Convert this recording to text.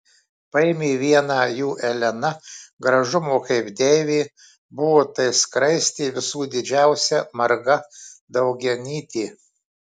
paėmė vieną jų elena gražumo kaip deivė buvo tai skraistė visų didžiausia marga daugianytė